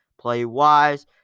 play-wise